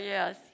Yes